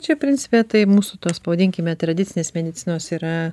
čia principe tai mūsų tos pavadinkime tradicinės medicinos yra